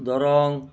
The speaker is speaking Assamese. দৰং